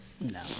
No